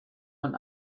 man